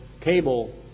cable